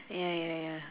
ya ya ya